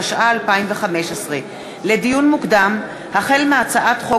התשע"ה 2015. לדיון מוקדם: החל בהצעת חוק